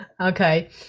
Okay